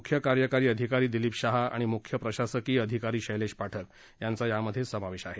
मुख्य कार्यकारी अधिकारी दिलीप शाह आणि मुख्य प्रशासकीय अधिकारी शैलेश पाठक यांचा यात समावेश आहे